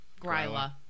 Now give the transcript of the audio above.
Gryla